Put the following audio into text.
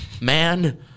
man